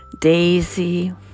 daisy